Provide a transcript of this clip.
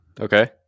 Okay